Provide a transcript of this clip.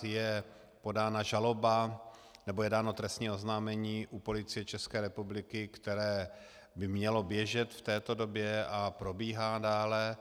Je podána žaloba, nebo je dáno trestní oznámení u Policie České republiky, které by mělo běžet v této době a probíhá dále.